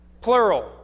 plural